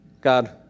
God